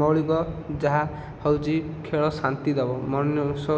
ମୌଳିକ ଯାହା ହେଉଛି ଖେଳ ଶାନ୍ତି ଦେବ ମନୁଷ୍ୟ